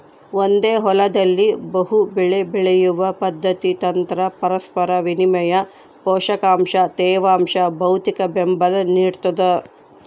ಒಂದೇ ಹೊಲದಲ್ಲಿ ಬಹುಬೆಳೆ ಬೆಳೆಯುವ ಪದ್ಧತಿ ತಂತ್ರ ಪರಸ್ಪರ ವಿನಿಮಯ ಪೋಷಕಾಂಶ ತೇವಾಂಶ ಭೌತಿಕಬೆಂಬಲ ನಿಡ್ತದ